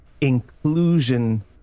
inclusion